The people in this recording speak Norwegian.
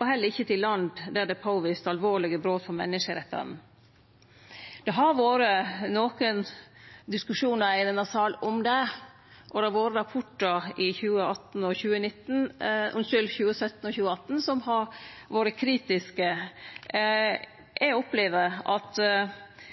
og heller ikkje til land der det er påvist alvorlege brot på menneskerettane. Det har vore nokre diskusjonar i denne salen om det, og det har vore rapportar i 2017 og 2018 som har vore kritiske. Eg opplever at